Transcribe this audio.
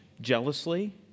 jealously